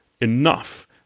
enough